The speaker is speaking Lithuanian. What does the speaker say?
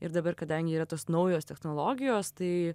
ir dabar kadangi yra tos naujos technologijos tai